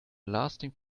lasting